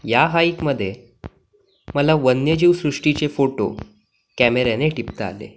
या हाईकमध्ये मला वन्यजीव सृष्टीचे फोटो कॅमेऱ्याने टिपता आले